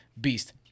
beast